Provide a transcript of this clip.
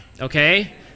okay